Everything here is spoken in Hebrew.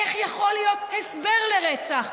איך יכול להיות הסבר לרצח?